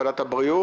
את ועדת הבריאות.